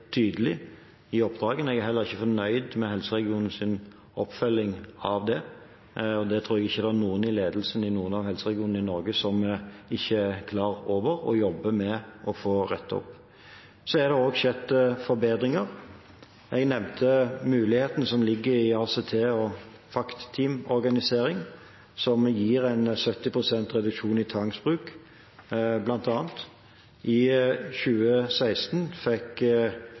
tydelig i oppdragene. Jeg er heller ikke fornøyd med helseregionenes oppfølging av det. Det tror jeg ikke det er noen i ledelsen i noen av helseregionene i Norge som ikke er klar over og jobber med å få rettet opp. Det har skjedd forbedringer. Jeg nevnte mulighetene som ligger i ACT- og FACT-teamorganisering, som bl.a. gir en 70 pst. reduksjon i tvangsbruk. I 2016 fikk